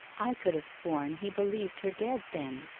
i could have sworn he believed her dead then.